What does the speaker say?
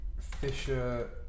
Fisher